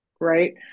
right